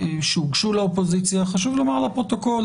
שהוגשו לאופוזיציה חשוב לומר לפרוטוקול